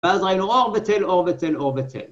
‫ואז ראינו אור בתל, אור בתל, אור בתל.